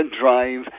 drive